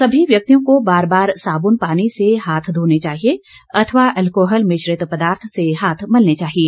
सभी व्यक्तियों को बार बार साबुन पानी से हाथ धोने चाहिए अथवा अल्कोहल मिश्रित पदार्थ से हाथ मलने चाहिए